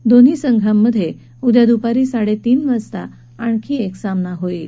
या दोन्ही संघांमध्ये उद्या दुपारी साडेतीन वाजता आणखी एक सामना होईल